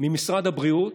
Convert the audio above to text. ממשרד הבריאות,